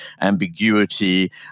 ambiguity